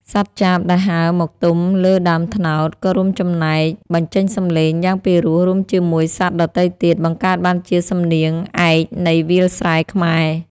សត្វចាបដែលហើរមកទំលើដើមត្នោត ក៏រួមចំណែកបញ្ចេញសំឡេងយ៉ាងពីរោះ រួមជាមួយសត្វដទៃទៀត បង្កើតបានជាសំនៀងឯកនៃវាលស្រែខ្មែរ។